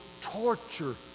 torture